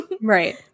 Right